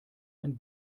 ein